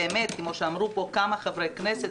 באמת כמו שאמרו פה כמה חברי כנסת,